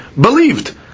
believed